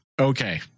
Okay